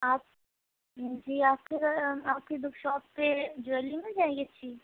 آپ جی آپ کی آپ کی بک شاپ پہ جویلری مل جائے گی اچھی